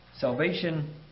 Salvation